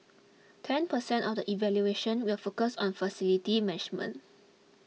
ten percent of the evaluation will focus on facility management